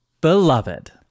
Beloved